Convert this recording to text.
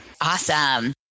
Awesome